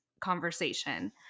conversation